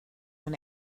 when